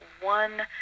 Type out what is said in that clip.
one